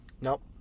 Nope